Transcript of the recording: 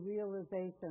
realization